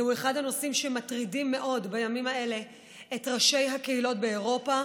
זהו אחד הנושאים שמטרידים מאוד בימים האלה את ראשי הקהילות באירופה,